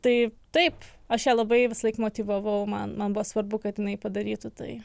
tai taip aš ją labai visąlaik motyvavau man man buvo svarbu kad jinai padarytų tai